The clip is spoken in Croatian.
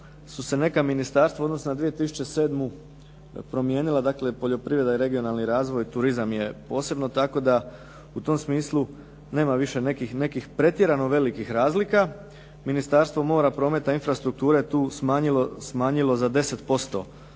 su se neka ministarstva u odnosu na 2007. promijenila, dakle poljoprivreda i regionalni razvoj. Turizam je posebno, tako da u tom smislu nema više nekih pretjerano velikih razlika. Ministarstvo mora, prometa i infrastrukture tu smanjilo za 10%